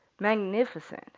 magnificent